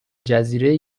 جزیره